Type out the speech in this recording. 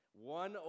One